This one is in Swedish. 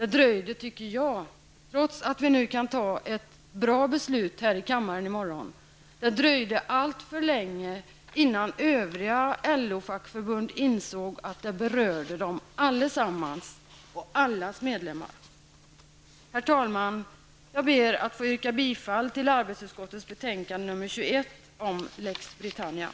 Trots att vi kan fatta ett bra beslut här i kammaren i morgon, menar jag att det dröjde alltför länge innan övriga LO-fackförbund insåg att det berörde allesammans och allas medlemmar. Herr talman! Jag ber att få yrka bifall till hemställan i arbetsmarknadsutskottets betänkande nr 21 och